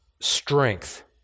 strength